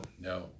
no